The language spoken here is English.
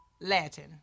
Latin